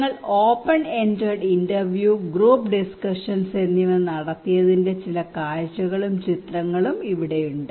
ഞങ്ങൾ open ended interview group discussions എന്നിവ നടത്തിയതിന്റെ ചില കാഴ്ചകളും ചിത്രങ്ങളും ഇവിടെയുണ്ട്